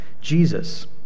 Jesus